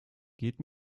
geht